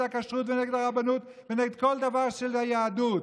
הכשרות ונגד הרבנות ונגד כל דבר של היהדות,